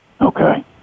Okay